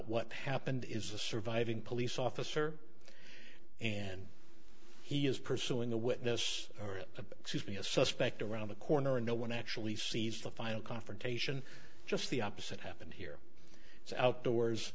what happened is the surviving police officer and he is pursuing the witness or it be a suspect around the corner and no one actually sees the final confrontation just the opposite happened here it's outdoors